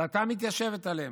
דעתם מתיישבת עליהם.